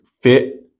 fit